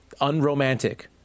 unromantic